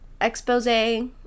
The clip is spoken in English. expose